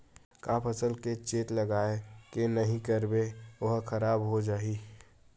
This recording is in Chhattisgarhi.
का फसल के चेत लगय के नहीं करबे ओहा खराब हो जाथे?